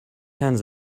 hands